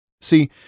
See